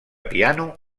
piano